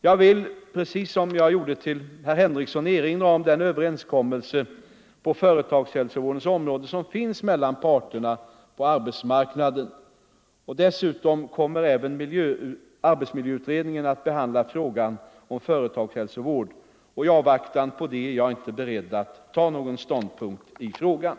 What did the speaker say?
Jag vill, precis som jag gjorde till herr Henrikson, erinra om den överenskommelse på företagshälsovårdens område som finns mellan parterna på arbetsmarknaden. Dessutom kommer arbetsmiljöutredningen att behandla frågan om företagshälsovård. I avvaktan härpå är jag inte beredd att ta någon ståndpunkt i frågan.